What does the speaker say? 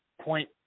point